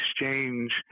exchange